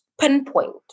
pinpoint